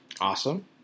Awesome